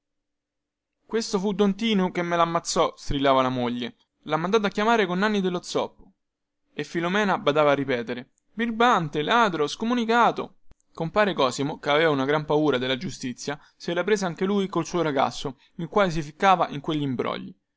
questo fu don tinu che me lammazzò strillava la moglie lha mandato a chiamare con nanni dello zoppo e filomena badava a ripetere birbante ladro scomunicato compare cosimo che aveva una gran paura della giustizia se la prese anche lui col suo ragazzo il quale si ficcava in quegli imbrogli